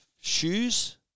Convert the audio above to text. shoes